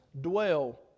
dwell